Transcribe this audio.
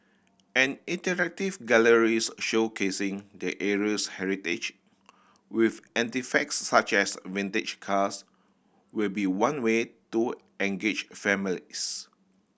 an interactive galleries showcasing the area's heritage with anti facts such as vintage cars will be one way to engage families